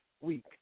week